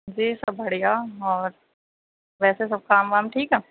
جی سب بھڑیا اور ویسے سب کام وام ٹھیک ہے